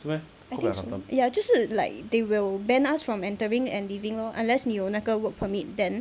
I think so 就是 like they will ban us from entering and leaving lor unless 你有那个 work permit then